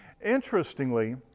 Interestingly